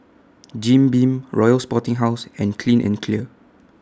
Jim Beam Royal Sporting House and Clean and Clear